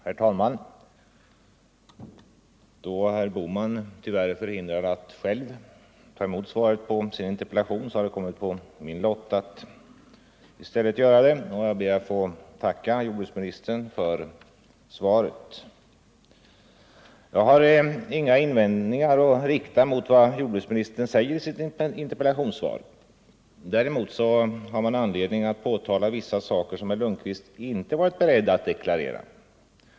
Herr talman! Då herr Bohman tyvärr är förhindrad att själv ta emot svaret på sin interpellation har det kommit på min lott att göra det. Jag ber att få tacka jordbruksministern för svaret. Jag har inga invändningar att rikta mot vad jordbruksministern säger i sitt interpellationssvar. Däremot har man anledning påtala vissa saker som herr Lundkvist inte varit beredd att deklarera.